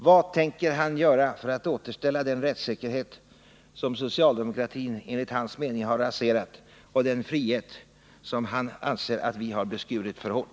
Vad tänker justitieministern göra för att återställa den rättssäkerhet som socialdemokratin, enligt hans mening, har raserat och den frihet som han anser att vi har beskurit för hårt?